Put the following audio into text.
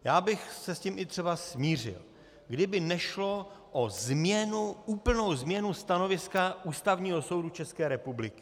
Já bych se s tím i třeba smířil, kdyby nešlo o změnu, úplnou změnu stanoviska Ústavního soudu České republiky.